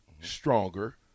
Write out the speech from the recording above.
stronger